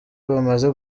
bamaze